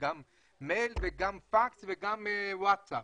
גם מייל, גם פקס וגם ווטסאפ.